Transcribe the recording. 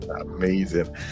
Amazing